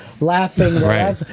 laughing